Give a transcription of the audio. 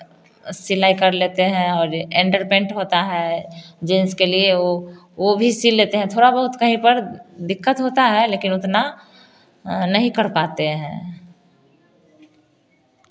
सिलाई कर लेते हैं और एंडर पैंट होता है जेंट्स के लिए वह वह भी सिल लेते हैं थोड़ा बहुत कहीं पर दिक्कत होता है लेकिन उतना नहीं कर पाते हैं